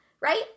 right